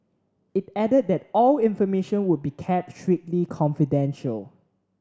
it added that all information would be kept strictly confidential